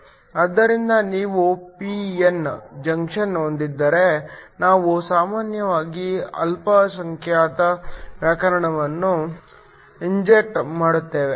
ಆದ್ದರಿಂದ ನೀವು P N junction ಹೊಂದಿದ್ದರೆ ನಾವು ಸಾಮಾನ್ಯವಾಗಿ ಅಲ್ಪಸಂಖ್ಯಾತ ವಾಹಕಗಳನ್ನು ಇಂಜೆಕ್ಟ್ ಮಾಡುತ್ತೇವೆ